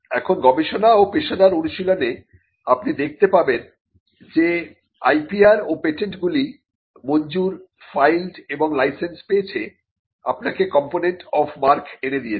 এখন গবেষণা ও পেশাদার অনুশীলনে আপনি দেখতে পাবেন যে IPR ও পেটেন্টগুলি মঞ্জুর ফাইলড এবং লাইসেন্স পেয়েছে আপনাকে কম্পোনেন্ট অফ মার্ক এনে দিয়েছে